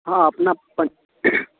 हँ अपना पं